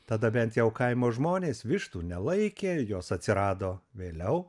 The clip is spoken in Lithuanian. tada bent jau kaimo žmonės vištų nelaikė jos atsirado vėliau